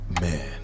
Man